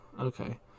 Okay